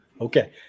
Okay